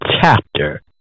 chapter